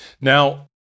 Now